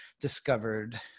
discovered